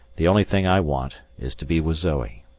the only thing i want is to be with zoe.